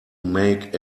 make